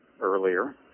earlier